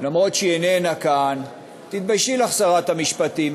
אף שהיא איננה כאן: תתביישי לך, שרת המשפטים.